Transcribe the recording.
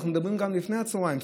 אנחנו מדברים גם לפני הצוהריים,